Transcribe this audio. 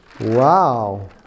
Wow